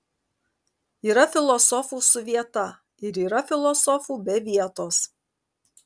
yra filosofų su vieta ir yra filosofų be vietos